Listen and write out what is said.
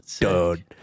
dude